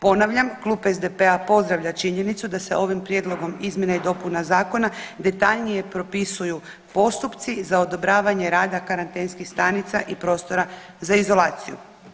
Ponavljam klub SDP-a pozdravlja činjenicu da se ovim prijedlogom izmjena i dopuna zakona detaljnije propisuju postupci za odobravanje rada karantenskih stanica i prostora za izolaciju.